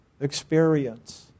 experience